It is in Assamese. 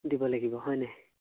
দিব লাগিব হয়নে